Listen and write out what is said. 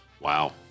wow